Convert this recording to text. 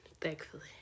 thankfully